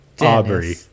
Aubrey